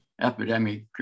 epidemic